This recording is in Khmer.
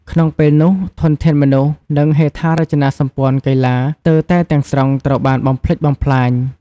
ក្នុងពេលនោះ ធនធានមនុស្ស និងហេដ្ឋារចនាសម្ព័ន្ធកីឡាស្ទើរតែទាំងស្រុងត្រូវបានបំផ្លិចបំផ្លាញ ។